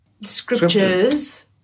Scriptures